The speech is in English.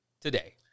today